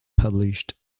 published